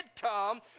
come